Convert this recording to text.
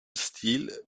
stil